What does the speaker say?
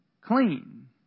clean